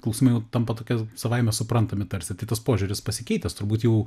klausimai vat tampa tokie savaime suprantami tarsi tai tas požiūris pasikeitęs turbūt jau